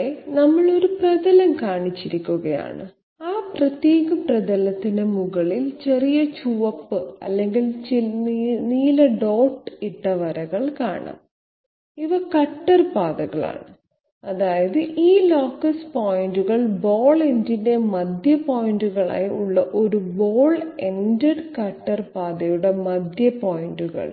ഇവിടെ നമ്മൾ ഒരു പ്രതലം കാണിച്ചിരിക്കുന്നു ആ പ്രത്യേക പ്രതലത്തിന് മുകളിൽ ചെറിയ ചുവപ്പ് അല്ലെങ്കിൽ നീല ഡോട്ട് ഇട്ട വരകൾ കാണാം ഇവ കട്ടർ പാതകളാണ് അതായത് ഈ ലോക്കസ് പോയിന്റുകൾ ബോൾ എൻഡിന്റെ മധ്യ പോയിന്റുകളായി ഉള്ള ഒരു ബോൾ എൻഡഡ് കട്ടർ പാതയുടെ മധ്യ പോയിന്റുകൾ